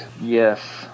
Yes